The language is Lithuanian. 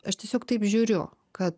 aš tiesiog taip žiūriu kad